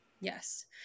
Yes